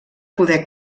poder